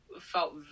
felt